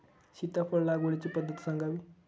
सीताफळ लागवडीची पद्धत सांगावी?